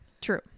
True